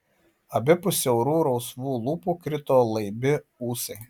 abipus siaurų rausvų lūpų krito laibi ūsai